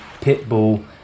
Pitbull